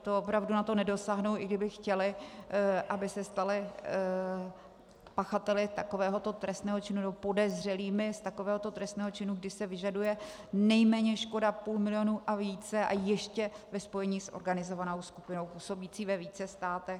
To opravdu na to nedosáhnou, i kdyby chtěli, aby se stali pachateli takovéhoto trestného činu, nebo podezřelými z takovéhoto trestného činu, když se vyžaduje nejméně škoda půl milionu a více a ještě ve spojení s organizovanou skupinou působící ve více státech.